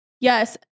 Yes